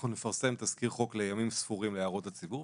אנחנו נפרסם תזכיר חוק לימים ספורים להערות הציבור,